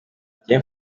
njyewe